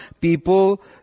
people